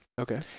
Okay